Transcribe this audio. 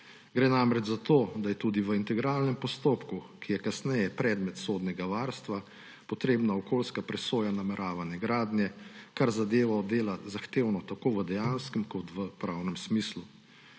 Gre namreč za to, da je tudi v integralnem postopku, ki je kasneje predmet sodnega varstva, potrebna okoljska presoja nameravane gradnje, kar zadevo dela zahtevno tako v dejanskem kot v pravnem smislu.